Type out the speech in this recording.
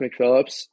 McPhillips